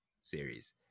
series